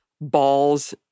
balls